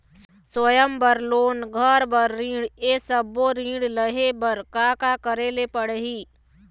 स्वयं बर लोन, घर बर ऋण, ये सब्बो ऋण लहे बर का का करे ले पड़ही?